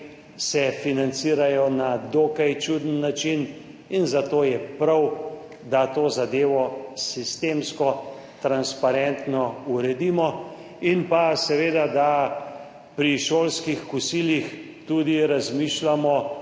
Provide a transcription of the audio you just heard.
se financirajo na dokaj čuden način. Zato je prav, da to zadevo sistemsko transparentno uredimo. In pa seveda, da pri šolskih kosilih tudi razmišljamo